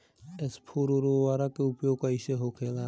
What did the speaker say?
स्फुर उर्वरक के उपयोग कईसे होखेला?